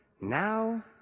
Now